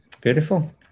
Beautiful